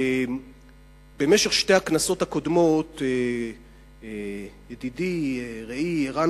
במשך שתי הכנסות הקודמות ידידי ורעי רן